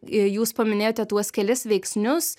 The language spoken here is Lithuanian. jūs paminėjote tuos kelis veiksnius